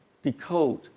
Decode